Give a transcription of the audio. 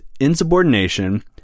insubordination